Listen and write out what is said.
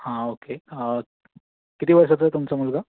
हां ओके किती वर्षाचा आहे तुमचा मुलगा